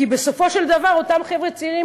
כי בסופו של דבר אותם חבר'ה צעירים